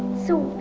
so